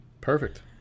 Perfect